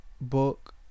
book